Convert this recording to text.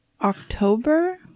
October